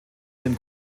dem